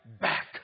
back